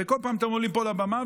וכל פעם אתם עולים פה לבמה,